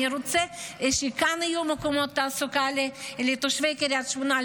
אני רוצה שכאן יהיו מקומות תעסוקה לתושבי קריית שמונה,